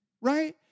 Right